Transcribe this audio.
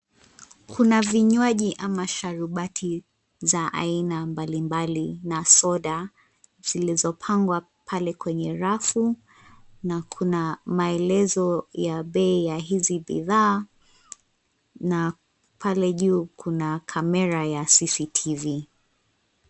Kuna vinywaji ama sharubati za aina mbalimbali na soda zilizopangwa pale kwenye rafu na kuna maelezo ya bei ya hizi bidhaa na pale juu kuna kamera ya CCTV.